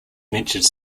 mentioned